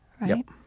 right